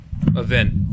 event